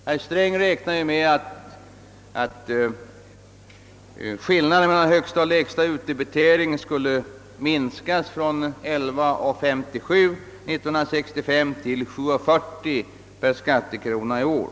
Herr Sträng räknade med att skillnaden mellan högsta och lägsta utdebitering skulle minskas från 11:57 per skattekrona 1965 till 7: 40 per skattekrona i år.